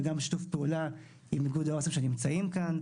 וגם שיתוף פעולה עם איגוד העו"סים שנמצאים כאן,